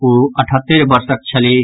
ओ अठहत्तरि वर्षक छलीह